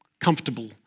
comfortable